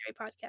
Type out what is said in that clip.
Podcast